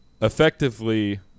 Effectively